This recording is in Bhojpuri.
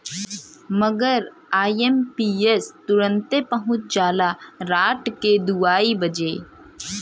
मगर आई.एम.पी.एस तुरन्ते पहुच जाला राट के दुइयो बजे